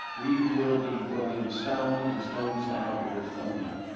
we will be brewing stone and stone-style beers only.